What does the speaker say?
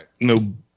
no